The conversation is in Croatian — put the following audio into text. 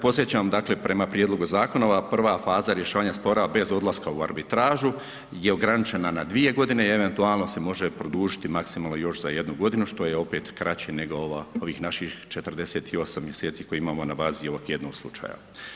Podsjećam, dakle, prema prijedlogu zakona ova prva faza rješavanja spora bez odlaska u arbitražu je ograničena na 2.g. i eventualno se može produžiti maksimalno još za 1.g., što je opet kraće nego ovih naših 48 mjeseci koji imamo na bazi ovog jednog slučaja.